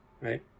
right